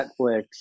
Netflix